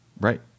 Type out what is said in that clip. right